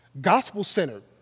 gospel-centered